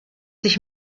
sich